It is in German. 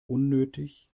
unnötig